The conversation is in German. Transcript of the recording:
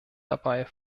dabei